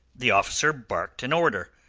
the officer barked an order,